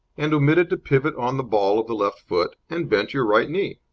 and omitted to pivot on the ball of the left foot, and bent your right knee.